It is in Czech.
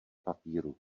papíru